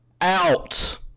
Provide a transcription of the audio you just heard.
out